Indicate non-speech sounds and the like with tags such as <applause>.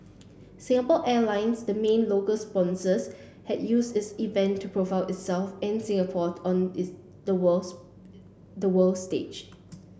Singapore Airlines the mean local sponsors has use these event to profile itself and Singapore on <unintelligible> the worlds the world stage